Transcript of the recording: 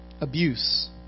Abuse